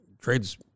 trades